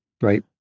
right